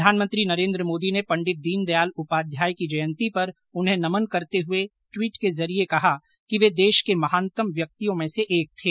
प्रधानमंत्री नरेन्द्र मोदी ने पंडित दीनदयाल जयंती पर उन्हें नमन करते हुए ट्वीट के जरिये कहा कि वे देश के महानतम व्यक्तियों में से एक थे